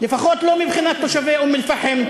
לפחות לא מבחינת תושבי אום-אלפחם,